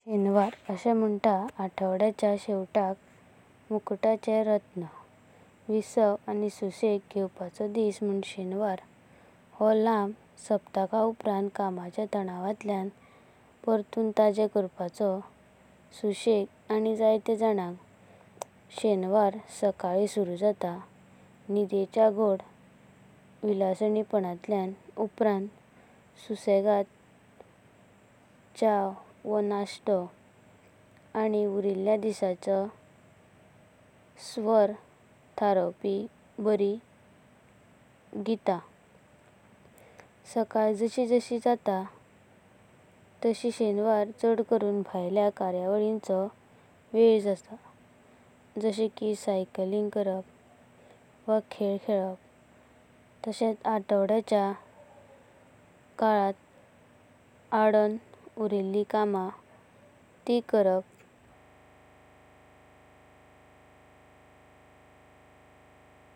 शनिवार! अशन मंता आठवड्याच शेवटाक मुकुटाचें रत्न! विसावा आनी सुसेघे घेवपाचो। दिस मून शनिवार हो वड साप्ताक उपरांत कामाच्या तनावातल्यां परतून ताजे करापाचो आनी सुसेगा घेवपाचो। जायत्या जनांक शनिवार सकाळीं सुरू जातात न्हिडेच्या गोड विलासिपणांतल्याना। उपरांत सुशेगाड चा वा नाश्तो आनी उरिल्यां दिसाचो स्वर ठरवापी बरी गीता। सकाळ जशी जशी जाता तशी शनिवार छद करून भायल्या कार्यावलिंचो वेला जाता। जशे कि सायकलिंग वा खेळा खेलप। तसेंच आठवड्याच कालांत ॲडों उरिल्ली कामा ती करपाचा।